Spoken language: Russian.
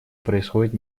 происходит